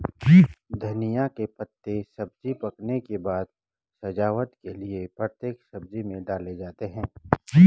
धनिया के पत्ते सब्जी पकने के बाद सजावट के लिए प्रत्येक सब्जी में डाले जाते हैं